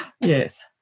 yes